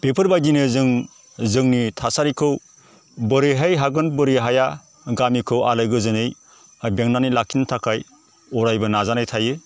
बेफोरबादिनो जों जोंनि थासारिखौ बोरैहाय हागोन बोरै हाया गामिखौ आलो गोजोनै बेंनानै लाखिनो थाखाय अरायबो नाजानाय थायो